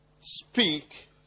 speak